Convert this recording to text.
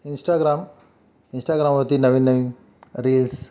Instagram इंस्टाग्रामवरती नवीन नवीन रील्स